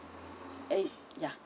eh ya